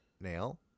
nail